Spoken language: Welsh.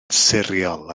siriol